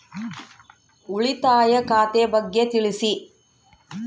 ಉಳಿತಾಯ ಖಾತೆ ಬಗ್ಗೆ ತಿಳಿಸಿ?